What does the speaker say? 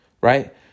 right